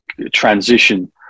transition